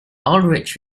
ulrich